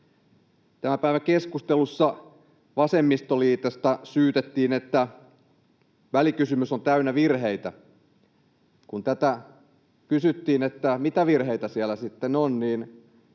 Tämän päivän keskustelussa vasemmistoliitosta syytettiin, että välikysymys on täynnä virheitä. Kun tätä kysyttiin, että mitä virheitä siellä